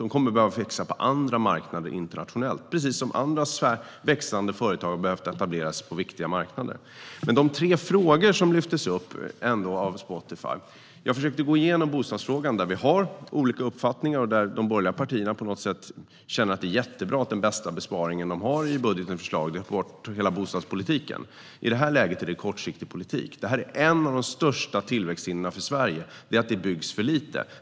De kommer att behöva växa på andra marknader internationellt, precis som andra växande företag har behövt etablera sig på viktiga marknader. Men det var tre frågor som lyftes upp av Spotify. Jag försökte gå igenom bostadsfrågan, där vi har olika uppfattningar. De borgerliga partierna känner på något sätt att den bästa besparingen de har i budgetförslaget är att ta bort hela bostadspolitiken. I det här läget är det en kortsiktig politik. Ett av de största tillväxthindren för Sverige är att det byggs för lite.